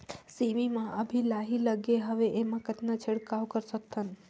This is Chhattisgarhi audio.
सेमी म अभी लाही लगे हवे एमा कतना छिड़काव कर सकथन?